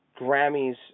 Grammys